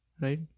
right